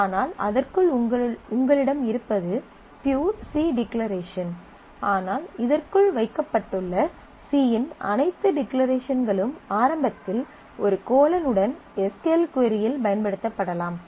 ஆனால் அதற்குள் உங்களிடம் இருப்பது பியூர் சி டிக்ளரேஷன் ஆனால் இதற்குள் வைக்கப்பட்டுள்ள c இன் அனைத்து டிக்ளரேஷன்களும் ஆரம்பத்தில் ஒரு Colon உடன் எஸ் க்யூ எல் கொரி இல் பயன்படுத்தப்படலாம்